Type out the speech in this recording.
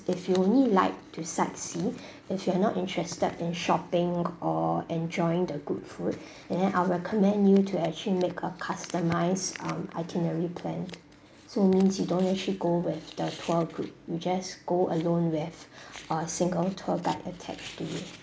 if you only like to sightsee if you are not interested in shopping or enjoying the good food then I'll recommend you to actually make a customised um itinerary plan so means you don't actually go with the tour group you just go alone with a single tour guide attached to you